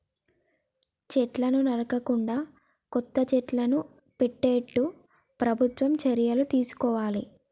చెట్లను నరకకుండా కొత్త చెట్లను పెట్టేట్టు ప్రభుత్వం చర్యలు తీసుకోవాలి